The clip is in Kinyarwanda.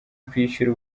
kwishyura